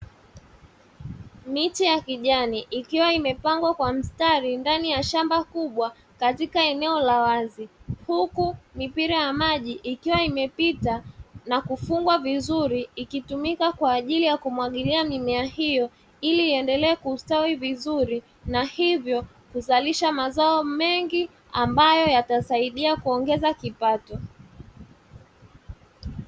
Miche ya kijani ikiwa imepangwa kwa mstari ndani ya shamba kubwa katika eneo la wazi, huku mipira ya maji ikiwa imepita na kufungwa vizuri ikitumika kwa ajili ya kumwagilia mimea hiyo ili iendelee kustawi vizuri na hivyo kuzalisha mazao mengi ambayo yatakayosaidia kuongeza kipato.